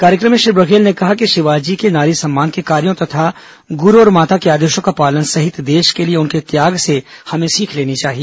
कार्यक्रम में श्री बघेल ने कहा कि शिवाजी के नारी सम्मान के कार्यो तथा गुरू और माता के आदेशों का पालन सहित देश के लिए उनके त्याग से हमें सीख लेनी चाहिए